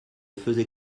faisait